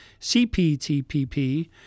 CPTPP